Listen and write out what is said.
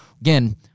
Again